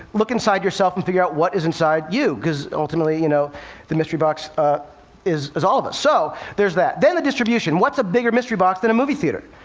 look inside yourself and figure out what is inside you. because ultimately, you know the mystery box is is all of us. so there's that. then the distribution. what's a bigger mystery box than a movie theater?